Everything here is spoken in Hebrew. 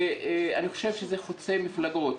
אני חושב שזה חוצה מפלגות.